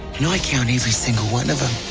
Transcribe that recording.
you know i count every single one of em.